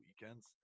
weekends